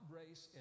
race